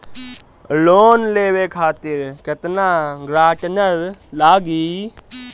Loan लेवे खातिर केतना ग्रानटर लागी?